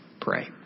pray